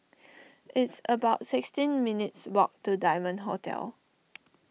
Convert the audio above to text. it's about sixteen minutes' walk to Diamond Hotel